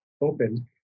open